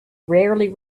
rarely